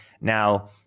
now